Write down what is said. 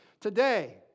Today